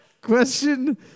Question